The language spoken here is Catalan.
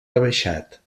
rebaixat